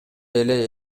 эле